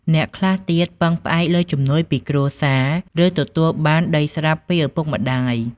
អ្នកខ្លះទៀតពឹងផ្អែកលើជំនួយពីគ្រួសារ ឬ ទទួលបានដីស្រាប់ពីឪពុកម្ដាយ។